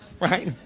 Right